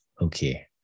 okay